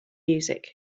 music